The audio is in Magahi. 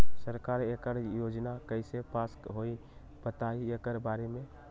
सरकार एकड़ योजना कईसे पास होई बताई एकर बारे मे?